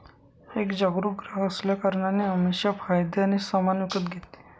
एक जागरूक ग्राहक असल्या कारणाने अमीषा फायद्याने सामान विकत घेते